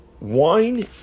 wine